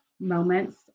moments